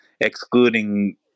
excluding